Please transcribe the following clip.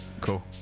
Cool